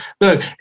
Look